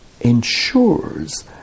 ensures